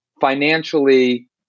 financially